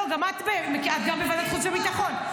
לא, את גם בוועדת חוץ וביטחון.